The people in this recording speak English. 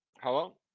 Hello